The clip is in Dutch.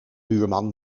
buurman